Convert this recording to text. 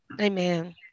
Amen